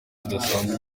kidasanzwe